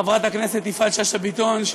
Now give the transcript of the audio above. חברת הכנסת יפעת שאשא ביטון,